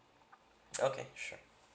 okay sure